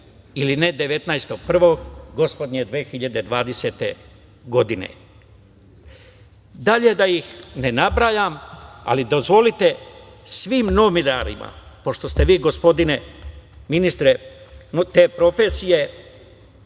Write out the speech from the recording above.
ili ne 19.01. gospodnje 2020. godine? Dalje da ih ne nabrajam, ali dozvolite, svim novinarima, pošto ste vi, gospodine ministre, te profesije,